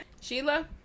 Sheila